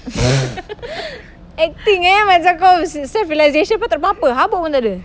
acting eh macam kau self-realisation padahal tak ada apa-apa habuk pun takde